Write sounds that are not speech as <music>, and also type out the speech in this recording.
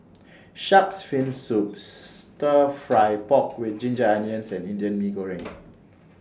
Shark's Fin Soup Stir Fry Pork with Ginger Onions and Indian Mee Goreng <noise>